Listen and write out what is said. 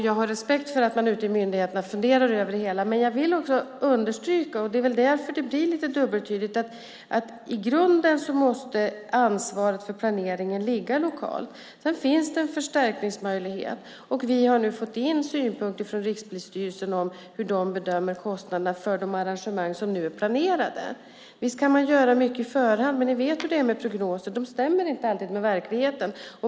Jag har respekt för att man funderar över det hela ute i myndigheterna, men jag vill också understryka, och det är väl därför det blir lite dubbeltydigt, att i grunden måste ansvaret för planeringen ligga lokalt. Sedan finns det en förstärkningsmöjlighet. Vi har nu fått in synpunkter från Rikspolisstyrelsen om hur de bedömer kostnaderna för de arrangemang som nu är planerade. Visst kan man göra mycket på förhand, men ni vet hur det är med prognoser, de stämmer inte alltid med verkligheten.